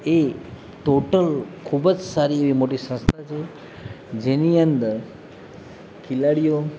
એ total ખૂબ જ સારી એવી મોટી સંસ્થા છે જેની અંદર ખિલાડીઓ